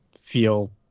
feel